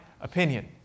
opinion